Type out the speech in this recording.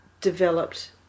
developed